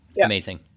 Amazing